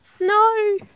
No